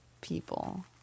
people